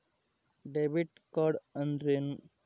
Debit card ಅಂದ್ರೇನು?